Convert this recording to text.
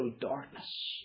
darkness